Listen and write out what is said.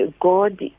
God